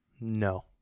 No